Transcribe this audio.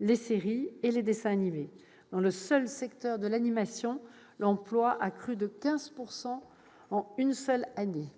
les séries et les dessins animés. Dans le seul secteur de l'animation, l'emploi a crû de 15 % en une seule année.